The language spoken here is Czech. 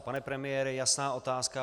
Pane premiére, jasná otázka.